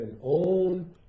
own